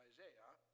Isaiah